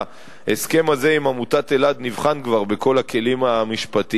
ההסכם הזה עם עמותת אלע"ד נבחן כבר בכל הכלים המשפטיים.